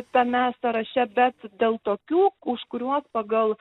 tame sąraše bet dėl tokių už kuriuos pagal